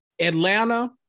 Atlanta